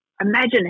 imagine